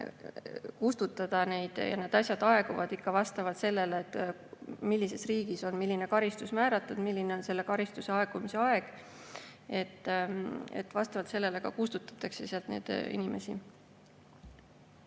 kustutada ja need asjad aeguvad vastavalt sellele, millises riigis on milline karistus määratud, milline on selle karistuse aegumise aeg. Vastavalt sellele ka sealt inimesi